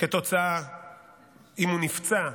אם הוא נפצע,